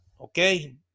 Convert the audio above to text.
okay